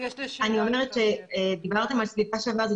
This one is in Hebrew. אני אומרת שדיברתם על "סביבה שווה" זו